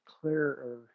clearer